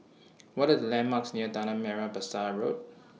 What Are The landmarks near Tanah Merah Besar Road